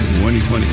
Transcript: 2020